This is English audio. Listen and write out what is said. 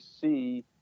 see